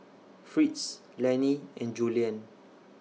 Fritz Lennie and Julianne